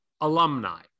alumni